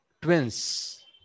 Twins